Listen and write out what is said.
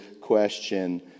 question